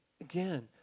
again